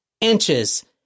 inches